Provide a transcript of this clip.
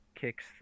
kicks